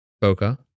Boca